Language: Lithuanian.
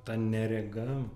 ta nerega